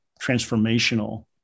transformational